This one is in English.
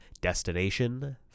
Destination